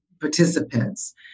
participants